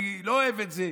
אני לא אוהב את זה,